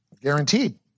Guaranteed